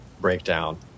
breakdown